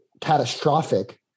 catastrophic